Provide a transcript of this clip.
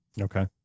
okay